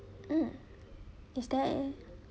mm is there